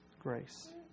grace